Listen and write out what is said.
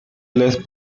les